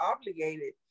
obligated